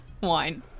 wine